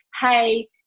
hey